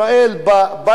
בבית שלו,